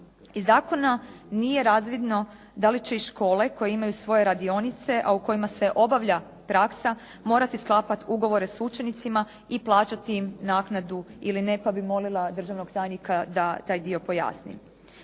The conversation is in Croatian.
Iz zakona nije razvidno da li će i škole koje imaju svoje radionice, a u kojima se obavlja praksa morati sklapati ugovore sa učenicima i plaćati im naknadu ili ne, pa bih molila državnog tajnika da taj dio pojasni.